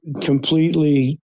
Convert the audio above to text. completely